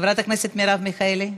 חברת הכנסת מרב מיכאלי,